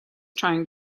trying